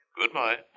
Goodbye